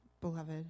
beloved